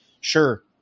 sure